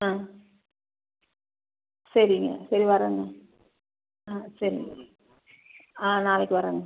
ஆ சரிங்க சரி வரேங்க ஆ சரிங்க ஆ நாளைக்கு வரேங்க